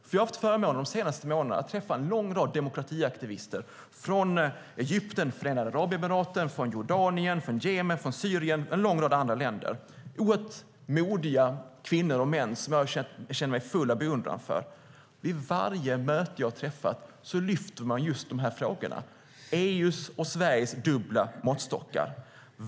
Jag har de senaste månaderna haft förmånen att träffa en lång rad demokratiaktivister från Egypten, Förenade Arabemiraten, Jordanien, Jemen, Syrien och en lång rad andra länder. Det är oerhört modiga kvinnor och män som jag känner mig full av beundran för. Vid varje möte lyfter de just dessa frågor om EU:s och Sveriges dubbla måttstockar.